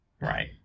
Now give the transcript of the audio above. Right